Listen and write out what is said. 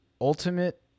Ultimate